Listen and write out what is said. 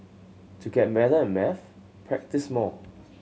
to get better at maths practise more